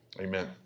Amen